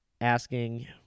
asking